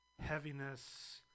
heaviness